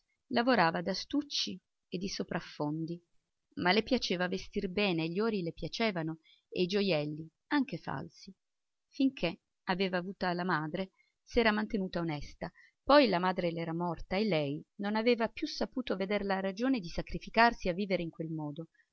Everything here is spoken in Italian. lavorava d'astucci e di sopraffondi ma le piaceva vestir bene e gli ori le piacevano e i giojelli anche falsi finché aveva avuta la madre s'era mantenuta onesta poi la madre le era morta e lei non aveva più saputo veder la ragione di sacrificarsi a vivere in quel modo